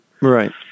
Right